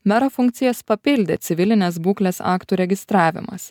mero funkcijas papildė civilinės būklės aktų registravimas